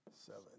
Seven